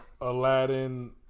Aladdin